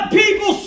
people